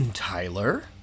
Tyler